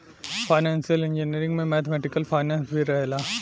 financial engineering में mathematical finance भी रहेला